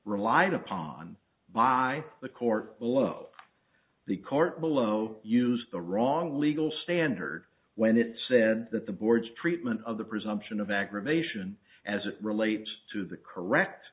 relied upon by the court below the court below used the wrong legal standard when it said that the board's treatment of the presumption of aggravation as it relates to the correct